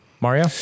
Mario